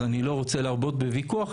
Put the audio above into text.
אז אני לא רוצה להרבות בוויכוח.